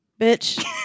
Bitch